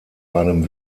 einem